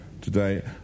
today